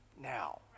now